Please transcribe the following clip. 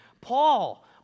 Paul